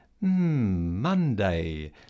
Monday